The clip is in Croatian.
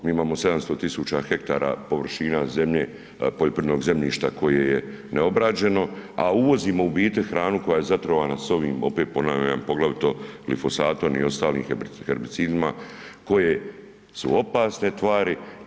Mi imamo 700 tisuća hektara površina zemlje poljoprivrednog zemljišta koje je neobrađeno, a uvozimo u biti hranu koja je zatrovana s ovim, opet ponavljam poglavito glifosatom i ostalim herbicidima koje su opasne tvari.